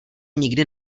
nikdy